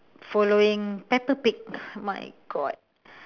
following peppa pig my god